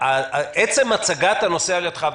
עצם הצגת הנושא על ידך,